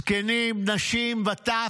זקנים, נשים וטף,